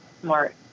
smart